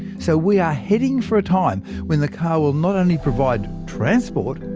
so we are heading for a time when the car will not only provide transport,